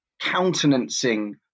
countenancing